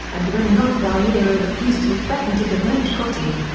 and when ruggiero refused he threatened to demote gotti.